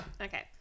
Okay